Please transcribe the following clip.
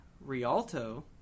Rialto